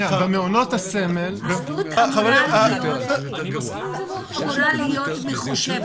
העלות צריכה להיות מחושבת.